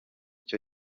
cyo